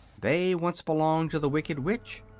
they once belonged to the wicked witch.